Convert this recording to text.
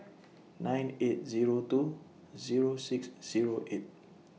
nine eight Zero two Zero six Zero eight